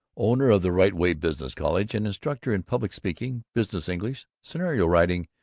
owner of the riteway business college and instructor in public speaking, business english, scenario writing,